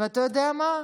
ואתה יודע מה?